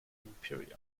imperial